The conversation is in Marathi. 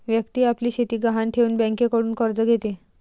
व्यक्ती आपली शेती गहाण ठेवून बँकेकडून कर्ज घेते